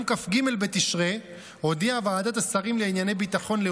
הכריז שר הביטחון ביום כ"ב בתשרי התשפ"ד,